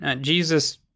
Jesus